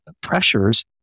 pressures